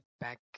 back